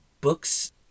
books